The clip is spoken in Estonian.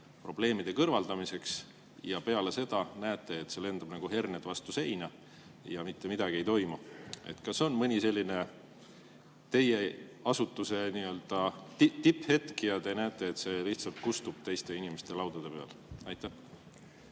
probleemide kõrvaldamiseks, ja peale seda näete, et see lendab nagu herned vastu seina ja mitte midagi ei toimu? Kas on mõni selline teie asutuse tipphetk ja te olete näinud, et see lihtsalt kustub teiste inimeste laudade peal? Tänan,